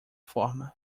forma